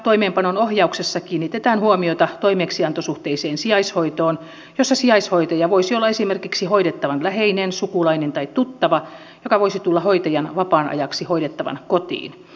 toimeenpanon ohjauksessa kiinnitetään huomiota toimeksiantosuhteiseen sijaishoitoon jossa sijaishoitaja voisi olla esimerkiksi hoidettavan läheinen sukulainen tai tuttava joka voisi tulla hoitajan vapaan ajaksi hoidettavan kotiin